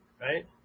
Right